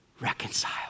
Reconcile